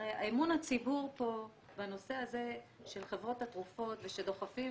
הרי אמון הציבור פה בנושא הזה של חברות התרופות ושדוחפים